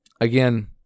Again